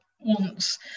wants